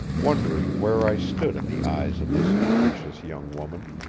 wondering where i stood in the eyes of this capricious young woman,